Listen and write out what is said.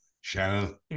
Shannon